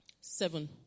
Seven